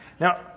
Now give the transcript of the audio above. Now